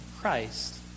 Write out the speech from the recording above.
Christ